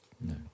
No